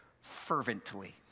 fervently